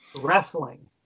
wrestling